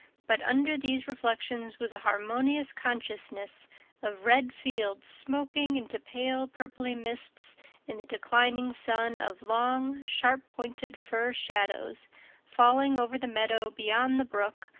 but under these reflections was a harmonious consciousness of red fields smoking into pale-purply mists in the declining sun, of long, sharp-pointed fir shadows falling over the meadow beyond the brook,